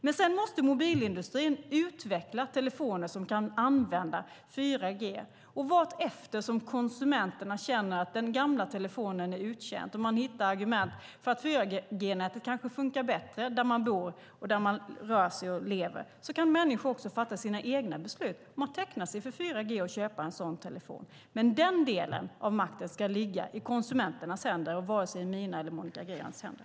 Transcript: Men sedan måste mobilindustrin utveckla telefoner som kan använda 4G, och vartefter som konsumenterna känner att den gamla telefonen är uttjänt och hittar argument för att 4G-nätet kanske fungerar bättre där man bor, rör sig och lever kan människor också fatta sina egna beslut om att teckna sig för 4G och köpa en sådan telefon. Den delen av makten ska ligga i konsumenternas händer och inte i mina eller Monica Greens händer.